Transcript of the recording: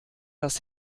das